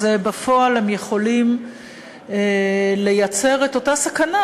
אז בפועל הם יכולים לייצר את אותה סכנה